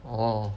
orh